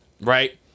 right